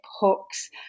hooks